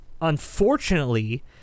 unfortunately